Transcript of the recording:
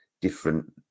different